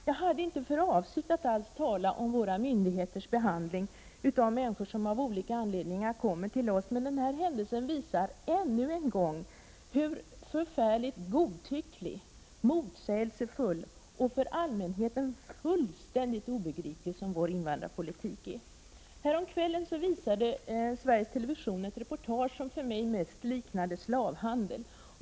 Jag hade inte alls för avsikt att tala om våra myndigheters behandling av människor som av olika anledningar kommer till oss, men den här händelsen visar ännu en gång hur förfärligt godtycklig, motsägelsefull och för allmänheten fullständigt obegriplig vår invandrarpolitik är. Häromkvällen visade Sveriges television ett reportage som för mig mest verkade handla om slavhandel.